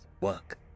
work